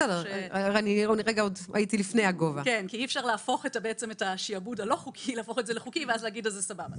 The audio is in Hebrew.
כי אי אפשר להפוך את השיעבוד הלא-חוקי לחוקי ואז להגיד סבבה.